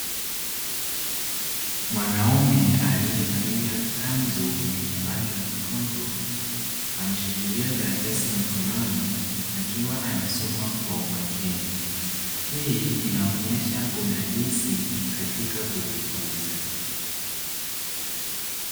Mwanaume aliyevalia kanzu yenye rangi nyekundu ameshikilia karatasi mkononi akiwa anasoma kwa umakini hii inaonyesha udadisi katika kujifunza.